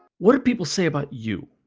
what do people say about you?